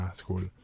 school